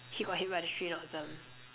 he got hit by the tree not them